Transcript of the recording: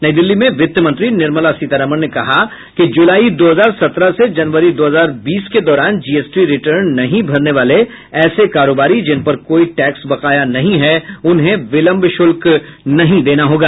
नई दिल्ली में वित्त मंत्री निर्मला सीतारामन ने कहा कि जुलाई दो हजार सत्रह से जनवरी दो हजार बीस के दौरान जीएसटी रिटर्न नहीं भरने वाले ऐसे कारोबारी जिनपर कोई टैक्स बकाया नहीं है उन्हें बिलंव शुल्क नहीं देना होगा